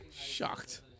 Shocked